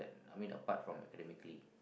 I mean apart from academically